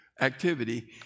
activity